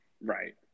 Right